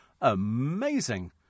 Amazing